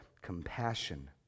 compassion